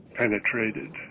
penetrated